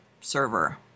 server